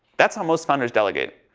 that's how most founders delegate,